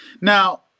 Now